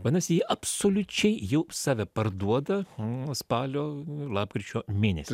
vadinasi jie absoliučiai jau save parduoda o spalio lapkričio mėnesį